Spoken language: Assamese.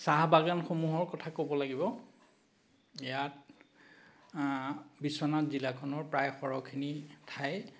চাহ বাগানসমূহৰ কথা ক'ব লাগিব ইয়াত বিশ্বনাথ জিলাখনৰ প্ৰায় সৰহখিনি ঠাই